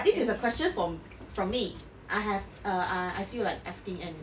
this is a question from from me I have a I feel like asking and